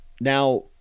now